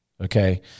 Okay